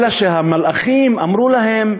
אלא שהמלאכים אמרו להם: